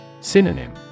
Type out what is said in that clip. Synonym